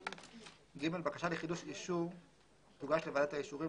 (ג) בקשה לחידוש אישור תוגש לוועדת האישורים